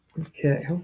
Okay